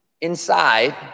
inside